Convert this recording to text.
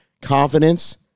confidence